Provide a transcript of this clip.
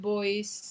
Boys